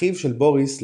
אחיו של בוריס להורג,